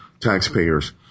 taxpayers